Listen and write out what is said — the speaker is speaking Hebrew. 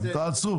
תעצרו.